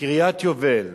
בקריית-היובל